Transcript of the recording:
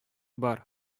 бар